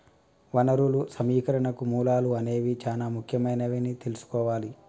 వనరులు సమీకరణకు మూలాలు అనేవి చానా ముఖ్యమైనవని తెల్సుకోవాలి